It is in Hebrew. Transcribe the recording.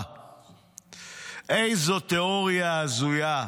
איזו תיאוריה הזויה,